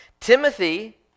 Timothy